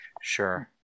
sure